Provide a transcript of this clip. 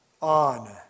on